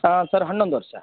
ಹಾಂ ಸರ್ ಹನ್ನೊಂದು ವರ್ಷ